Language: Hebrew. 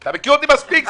אתה מכיר אותי מספיק זמן.